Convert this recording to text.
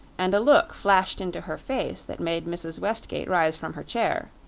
and a look flashed into her face that made mrs. westgate rise from her chair.